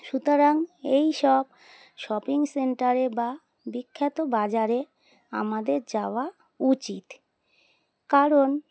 সুতরাং এই সব শপিং সেন্টারে বা বিখ্যাত বাজারে আমাদের যাওয়া উচিত কারণ